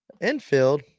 infield